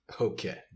Okay